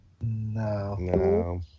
No